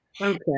Okay